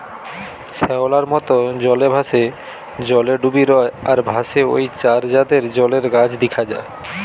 শ্যাওলার মত, জলে ভাসে, জলে ডুবি রয় আর ভাসে ঔ চার জাতের জলের গাছ দিখা যায়